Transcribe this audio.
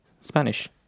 Spanish